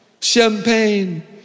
champagne